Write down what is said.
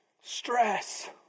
Stress